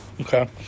Okay